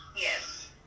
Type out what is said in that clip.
yes